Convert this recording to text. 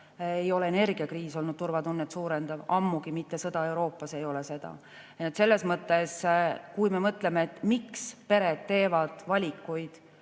ei ole energiakriis olnud turvatunnet suurendav, ammugi mitte sõda Euroopas ei ole seda. Nii et kui me mõtleme, miks pered teevad valikuid